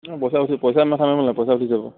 পইচা উঠিব পইচাৰ মাথা মাৰিব নালাগে পইচা উঠি যাব